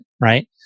right